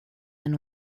than